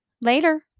Later